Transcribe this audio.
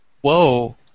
Whoa